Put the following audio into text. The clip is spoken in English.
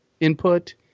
input